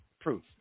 proof